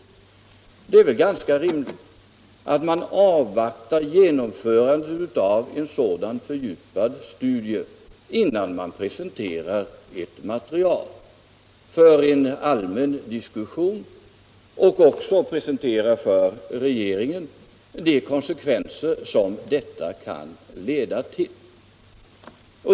Det är väl ganska naturligt att man avvaktar genomförandet av en sådan fördjupad studie innan man presenterar ett material för en allmän diskussion och för regeringen redovisar de konsekvenser som detta kan få.